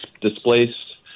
displaced